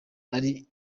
ari